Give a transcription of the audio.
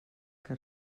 que